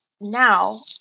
now